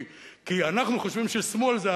כי אנחנו חושבים ששמאל זה,